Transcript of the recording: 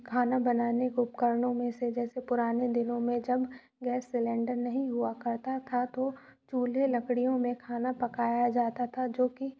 खाना बनाने को उपकरणों में से जैसे पुराने दिनों में जब गैस सिलेंडर नहीं हुआ करता था तो चूल्हे लकड़ियों में खाना पकाया जाता था जो कि